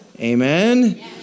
Amen